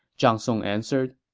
zhang song answered